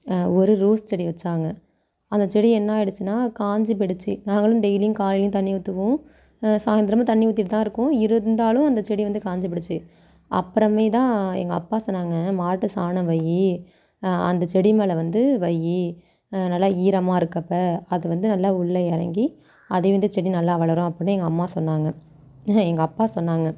ஒரு ரோஸ் செடி வச்சாங்க அந்த செடி என்னாயிடுச்சின்னால் காஞ்சு போயிடுச்சு நாங்களும் டெய்லியும் காலையிலையும் தண்ணி ஊற்றுவோம் சாய்ந்தரமும் தண்ணி ஊற்றிட்டுதான் இருக்கோம் இருந்தாலும் அந்த செடி வந்து காஞ்சு போயிடுச்சு அப்புறமேதான் எங்கள் அப்பா சொன்னாங்க மாட்டு சாணம் வையி அந்த செடி மேலே வந்து வையி நல்லா ஈரமாக இருக்கப்போ அது வந்து நல்லா உள்ள இறங்கி அதுவே வந்து செடி நல்லா வளரும் அப்புடின்னு எங்கள் அம்மா சொன்னாங்க ம்ஹும் எங்கள் அப்பா சொன்னாங்க